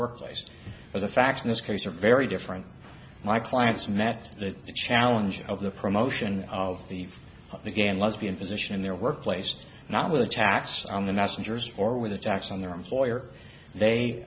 workplace or the facts in this case are very different my clients math the challenge of the promotion of the of the gay and lesbian position in their workplace not with attacks on the messengers or with attacks on their employer they